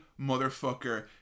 motherfucker